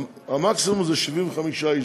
המקסימום זה 75 איש,